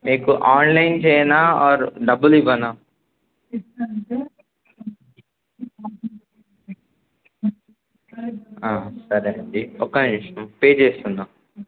మీకు ఆన్లైన్ చేయనా ఆర్ డబ్బులు ఇవ్వనా సరే అండి ఒక్క నిమిషం పే చేస్తున్నా